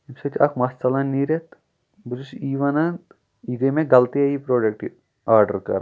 اَمہِ سۭتۍ اکھ مَس ژَلان نیٖرِتھ بہٕ چھُس یی وَنان یہِ گٔے مےٚ غلطی یہِ پروڈکٹ آرڈر کَرُن